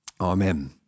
amen